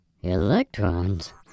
Electrons